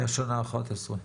מהשנה ה-11.